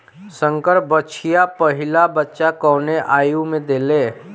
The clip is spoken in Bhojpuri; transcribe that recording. संकर बछिया पहिला बच्चा कवने आयु में देले?